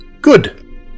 good